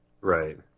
Right